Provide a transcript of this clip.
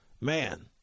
man